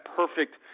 perfect –